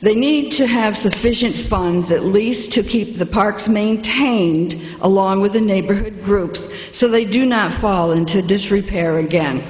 they need to have sufficient funds at least to keep the parks maintained along with the neighborhood groups so they do not fall into disrepair again